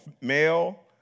male